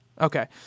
Okay